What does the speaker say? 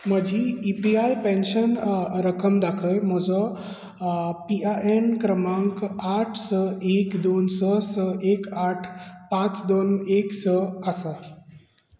म्हजी EPI pension रक्कम दाखय म्हजो पीआरएएन क्रमांक आठ स एक दोन स स एक आठ पांच दोन एक स आसा